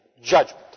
judgment